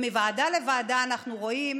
מוועדה לוועדה אנחנו רואים